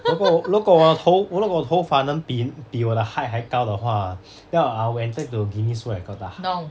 如果我如果我头如果我头发能比比我的 height 还高的话 then I I will enter into the Guinness world records ah